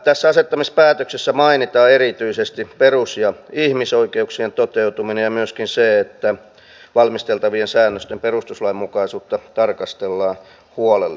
tässä asettamispäätöksessä mainitaan erityisesti perus ja ihmisoikeuksien toteutuminen ja myöskin se että valmisteltavien säännösten perustuslainmukaisuutta tarkastellaan huolellisesti